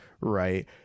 right